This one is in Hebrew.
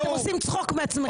אתם עושים צחוק מעצמכם.